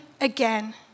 again